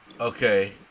Okay